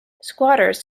squatters